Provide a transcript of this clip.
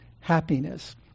happiness